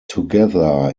together